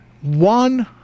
One